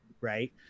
right